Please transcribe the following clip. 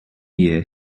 year